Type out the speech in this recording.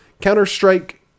Counter-Strike